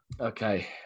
Okay